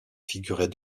figurait